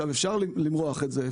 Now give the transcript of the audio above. אפשר למרוח את זה,